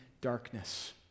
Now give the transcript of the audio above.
darkness